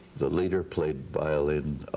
the leader played violin,